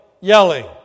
yelling